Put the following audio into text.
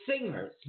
singers